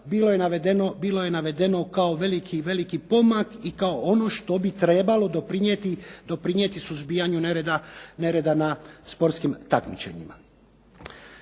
bilo je navedeno kao veliki pomak i kao ono što bi trebalo doprinijeti suzbijanju nereda na sportskim takmičenjima.